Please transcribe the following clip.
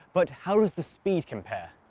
but how does the speed compare?